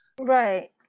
Right